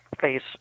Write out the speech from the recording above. face